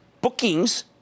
Bookings